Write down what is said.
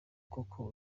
koko